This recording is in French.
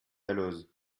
dalloz